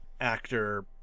actor